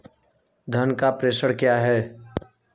धन का प्रेषण क्या है?